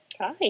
Hi